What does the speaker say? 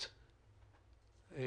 יכולת